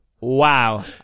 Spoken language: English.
Wow